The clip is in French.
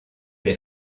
des